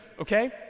okay